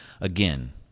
again